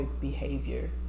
behavior